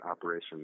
operation